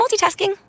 multitasking